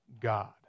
God